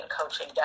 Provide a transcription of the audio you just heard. coaching